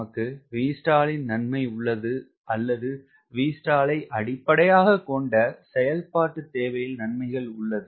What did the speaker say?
நமக்கு Vstall ன் நன்மை உள்ளது அல்லது Vstall ஐ அடிப்படையாகக் கொண்ட செயல்பாட்டுத் தேவையில் நன்மைகள் உள்ளது